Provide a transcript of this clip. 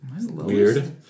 weird